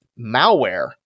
Malware